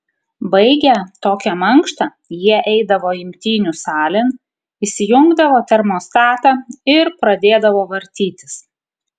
baigę tokią mankštą jie eidavo imtynių salėn įsijungdavo termostatą ir pradėdavo vartytis